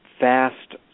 fast